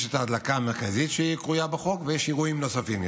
יש את ההדלקה המרכזית בחוק ויש אירועים נוספים,